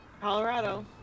colorado